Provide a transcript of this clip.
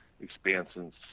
expansions